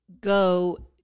go